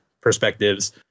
perspectives